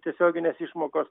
tiesioginės išmokos